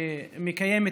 שמקיימת